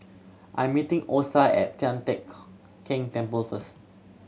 I'm meeting Osa at Tian Teck Keng Temple first